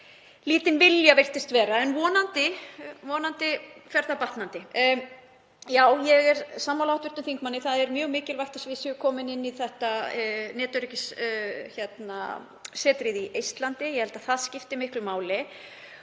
lítinn vilja virtist vera. En vonandi fer það batnandi. Ég er sammála hv. þingmanni. Það er mjög mikilvægt að við séum komin inn í þetta netöryggissetur í Eistlandi. Ég held að það skipti miklu máli.